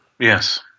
Yes